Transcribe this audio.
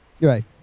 right